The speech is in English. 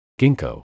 Ginkgo